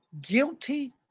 Guilty